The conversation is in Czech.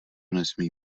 nesmí